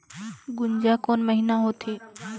गुनजा कोन महीना होथे?